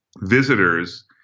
visitors